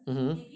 mmhmm